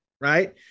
right